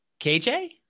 KJ